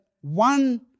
one